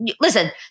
listen